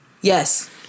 Yes